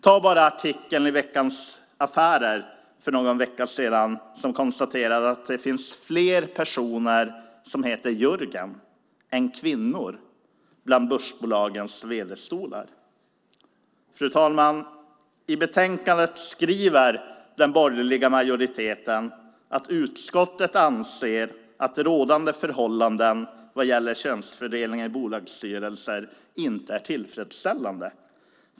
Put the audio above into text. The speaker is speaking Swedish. Ta bara artikeln i Veckans Affärer för någon vecka sedan som konstaterade att det finns fler personer som heter Jörgen än kvinnor på börsbolagens vd-stolar! Fru talman! I betänkandet skriver den borgerliga majoriteten att "utskottet anser att rådande förhållanden vad gäller könsfördelningen i bolagsstyrelser inte är tillfredsställande.